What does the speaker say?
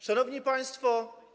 Szanowni Państwo!